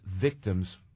victims